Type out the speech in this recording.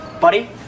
Buddy